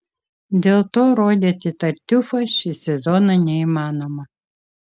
dėl to rodyti tartiufą šį sezoną neįmanoma